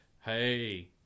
hey